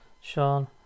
Sean